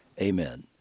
Amen